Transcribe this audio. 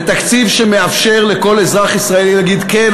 זה תקציב שמאפשר לכל אזרח ישראלי להגיד: כן,